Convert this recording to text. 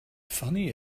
funny